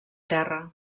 terra